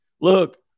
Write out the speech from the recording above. Look